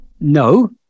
No